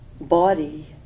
body